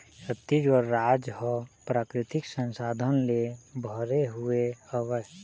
छत्तीसगढ़ राज ह प्राकृतिक संसाधन ले भरे हुए हवय